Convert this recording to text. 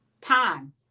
time